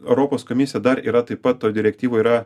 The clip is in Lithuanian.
europos komisija dar yra taip pat toj direktyvoj yra